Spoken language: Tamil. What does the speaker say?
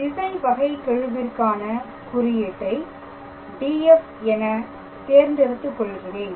திசை வகைகெழுவிற்க்கான குறியீட்டை Df என தேர்ந்தெடுத்துக் கொள்கிறேன்